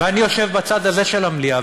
ואני יושב בצד הזה של המליאה,